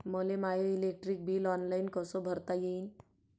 मले my electric bill online कस भरता येईन?